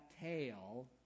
tail